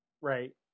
right